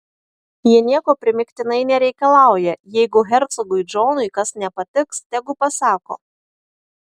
ji nieko primygtinai nereikalauja jeigu hercogui džonui kas nepatiks tegu pasako